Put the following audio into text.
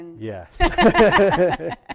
Yes